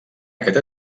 aquest